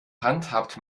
handhabt